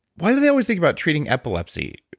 why do they always think about treating epilepsy,